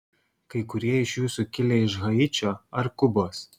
kai kurie iš jūsų kilę iš haičio ar kubos